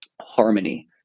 harmony